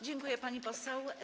Dziękuję, pani poseł.